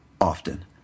often